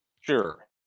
Sure